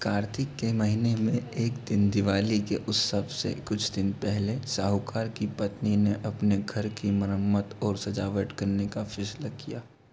कार्तिक के महीने में एक दिन दिवाली के उत्सव से कुछ दिन पहले साहूकार की पत्नी ने अपने घर की मरम्मत और सजावट करने का फ़ैसला किया